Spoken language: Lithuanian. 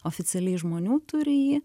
oficialiai žmonių turi jį